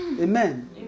Amen